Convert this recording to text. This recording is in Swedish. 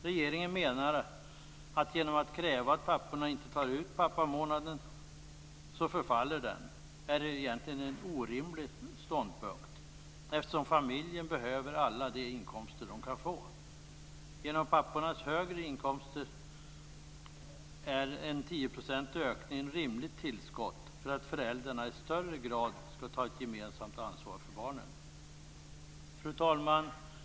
Regeringens ståndpunkt att pappamånaden förfaller, om den inte tas ut, är egentligen orimlig, eftersom familjen behöver alla de inkomster den kan få. Eftersom pappornas inkomster är högre är en tioprocentig ökning ett rimligt tillskott för att föräldrarna i högre grad skall stimuleras att ta ett gemensamt ansvar för barnen. Fru talman!